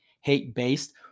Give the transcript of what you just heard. hate-based